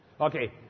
Okay